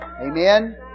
Amen